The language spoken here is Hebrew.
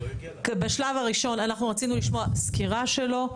בשלב הראשון אנחנו רוצים לשמוע סקירה שלו.